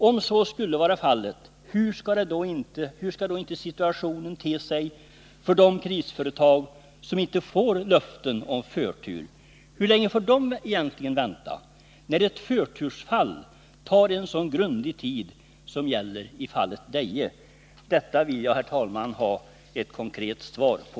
Om så skulle vara fallet, hur skall då inte situationen te sig för de krisföretag som inte får några löften om förtur? Hur länge skall inte de få vänta, när ett förtursfall tar så grundlig tid som i fallet Deje? Detta vill jag, herr talman, ha ett konkret svar på.